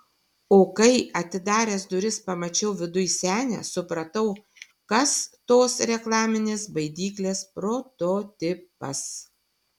o kai atidaręs duris pamačiau viduj senę supratau kas tos reklaminės baidyklės prototipas